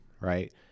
right